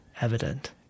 evident